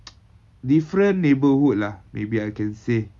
different neighbourhood lah maybe I can say